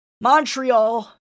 Montreal